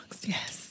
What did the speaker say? yes